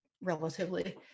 relatively